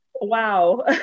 Wow